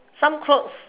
some clothes